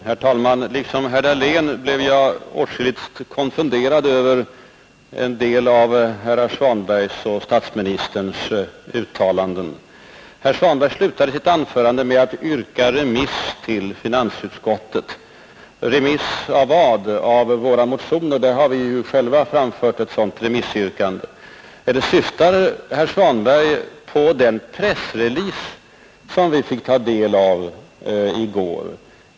Herr talman! Liksom herr Dahlén blev jag åtskilligt konfunderad över en del av herr Svanbergs och statsministerns uttalanden. Herr Svanberg slutade sitt anförande med att yrka remiss till finansutskottet. Remiss av vad? Remiss av våra motioner? Vi har ju själva framfört ett sådant remissyrkande. Eller syftar kanske herr Svanberg på den press-release som vi fick ta del av i går?